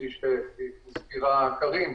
כפי שהזכירה קרין,